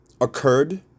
occurred